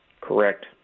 Correct